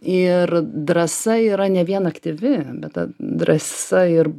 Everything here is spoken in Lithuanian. ir drąsa yra ne vien aktyvi bet ta drąsa ir